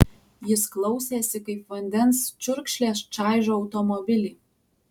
jis klausėsi kaip vandens čiurkšlės čaižo automobilį